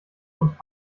und